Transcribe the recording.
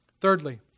Thirdly